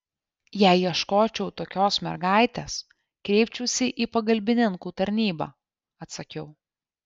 jei ieškočiau tokios mergaitės kreipčiausi į pagalbininkų tarnybą atsakiau